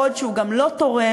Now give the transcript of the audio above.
בעוד זה גם לא תורם,